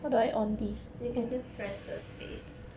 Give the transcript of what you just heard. you can just press the space